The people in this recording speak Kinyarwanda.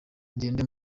ngende